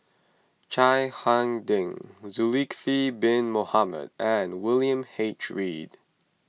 Chiang Hai Ding Zulkifli Bin Mohamed and William H Read